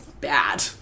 bad